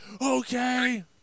Okay